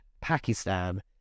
Pakistan